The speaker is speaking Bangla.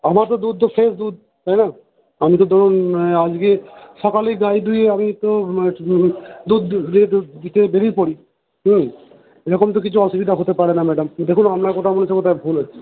আমরা তো দুধ তো ফ্রেশ দুধ তাই না আমি তো ধরুন আজকে সকালেই গাই দুইয়ে আমি তো দুধ দিতে দুধ দিতে বেড়িয়ে পড়ি হুম এরকম তো কিছু অসুবিধা হতে পারেনা ম্যাডাম দেখুন আপনার কোথাও মনে হচ্ছে কোথাও ভুল হচ্ছে